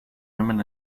women